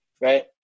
right